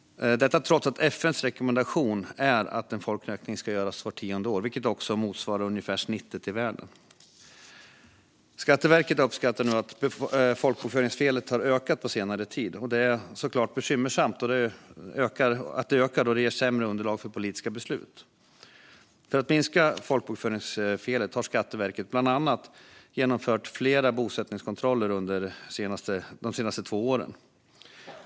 Detta trots att FN:s rekommendation är att en folkräkning ska göras vart tionde år, vilket motsvarar ungefär snittet i världen. Skatteverket uppskattar nu att folkbokföringsfelet har ökat på senare tid. Det är såklart bekymmersamt att det ökar, då det ger sämre underlag för politiska beslut. För att minska folkbokföringsfelet har Skatteverket bland annat genomfört flera bosättningskontroller under de senaste två åren.